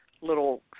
little